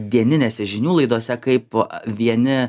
dieninėse žinių laidose kaip vieni